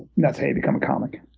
that's how you become a comic.